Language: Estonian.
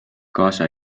kaasa